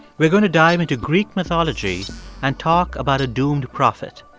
we're going to dive into greek mythology and talk about a doomed prophet.